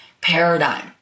paradigm